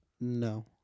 No